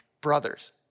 brothers